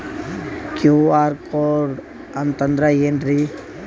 QR code ಅಂತಂದ್ರ ಏನ್ರೀ?